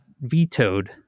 vetoed